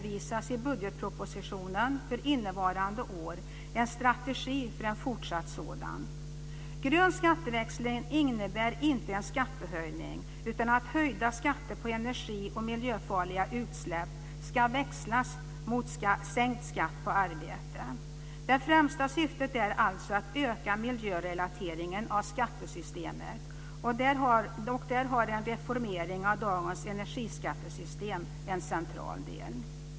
I budgetpropositionen för innevarande år redovisades en strategi för fortsatt grön skatteväxling. Grön skatteväxling innebär inte en skattehöjning utan att höjda skatter på energi och miljöfarliga utsläpp ska växlas mot sänkt skatt på arbete. Det främsta syftet är alltså att öka miljörelateringen av skattesystemet, och där utgör en reformering av dagens energiskattesystem en central del.